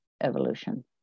evolution